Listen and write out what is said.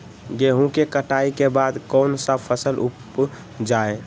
गेंहू के कटाई के बाद कौन सा फसल उप जाए?